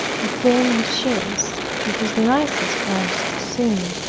he came in a chaise to his niece's house to see me.